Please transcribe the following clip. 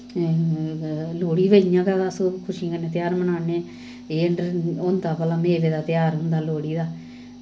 लोह्ड़ी ते अस इ'यां गै खुशियें कन्नै तेहार बनान्नें एह् होंदा भला मेवे दा तेहार होंदा लोह्ड़ी दा